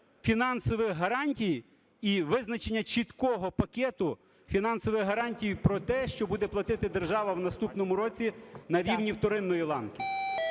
фінансових гарантій і визначення чіткого пакету фінансових гарантій про те, що буде платити держава в наступному році на рівні вторинної ланки.